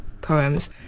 poems